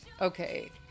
Okay